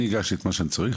אני הגשתי את מה שאני צריך,